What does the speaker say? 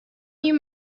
you